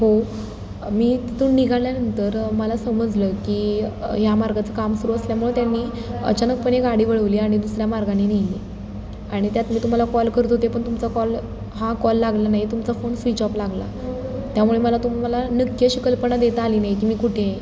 हो मी तिथून निघाल्यानंतर मला समजलं की ह्या मार्गाचं काम सुरू असल्यामुळे त्यांनी अचानकपणे गाडी वळवली आणि दुसऱ्या मार्गाने नेली आणि त्यात मी तुम्हाला कॉल करत होते पण तुमचा कॉल हा कॉल लागला नाही तुमचा फोन स्विच ऑफ लागला त्यामुळे मला तुम्हाला नक्की अशी कल्पना देता आली नाही की मी कुठे आहे